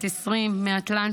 בת 20 מאטלנטה.